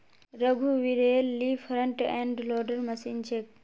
रघुवीरेल ली front end loader machine छेक